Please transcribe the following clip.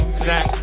snack